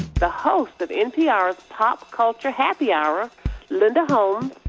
the host of npr's pop culture happy hour linda holmes,